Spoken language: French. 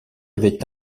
avait